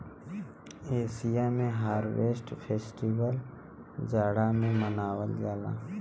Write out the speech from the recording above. Asia में harvest festival जाड़ा में मनावल जाला